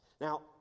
Now